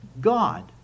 God